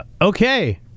Okay